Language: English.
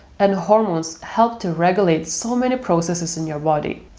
and hormones help to regulate so many processes in your body.